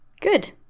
Good